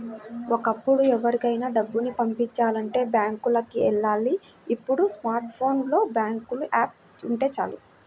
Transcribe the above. ఒకప్పుడు ఎవరికైనా డబ్బుని పంపిచాలంటే బ్యాంకులకి వెళ్ళాలి ఇప్పుడు స్మార్ట్ ఫోన్ లో బ్యాంకు యాప్ ఉంటే చాలు